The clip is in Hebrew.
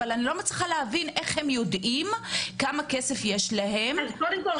אבל אני לא מצליחה להבין איך הם יודעים כמה כסף יש להם --- קודם כל,